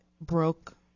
broke